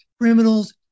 Criminals